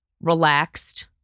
relaxed